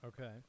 Okay